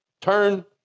turn